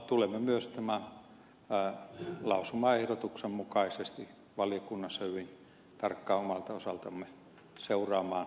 tulemme myös tämän lausumaehdotuksen mukaisesti valiokunnassa hyvin tarkkaan omalta osaltamme seuraamaan tätä turvapaikkapolitiikkaa